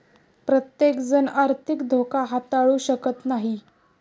प्रत्येकजण आर्थिक धोका हाताळू शकत नाही